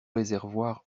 réservoir